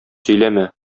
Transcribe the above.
сөйләмә